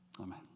amen